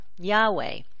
Yahweh